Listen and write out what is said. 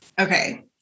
Okay